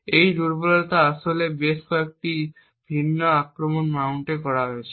এই দুর্বলতাটি আসলে বেশ কয়েকটি ভিন্ন আক্রমণ মাউন্ট করতে ব্যবহার করা হয়েছে